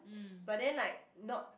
but then like not